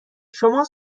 شماها